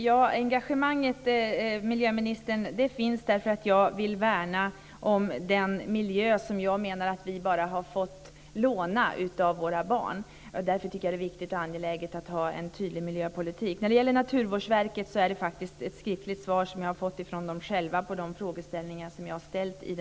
Herr talman! Engagemanget finns därför att jag vill värna om den miljö som jag menar att vi bara har fått låna av våra barn. Därför tycker jag att det är viktigt och angeläget att ha en tydlig miljöpolitik. När det gäller Naturvårdsverket är det ett skriftligt svar som jag har fått från dem på de frågor som jag har ställt.